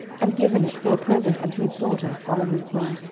and given it for a present unto his daughter, solomon's wife